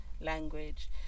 language